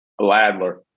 Ladler